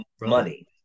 Money